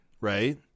Right